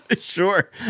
Sure